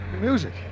music